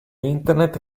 internet